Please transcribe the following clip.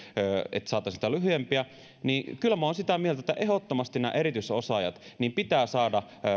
että saataisiin niitä oleskelulupia nopeammin niin kyllä minä olen sitä mieltä että ehdottomasti näille erityisosaajille pitää saada